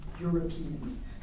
European